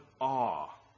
awe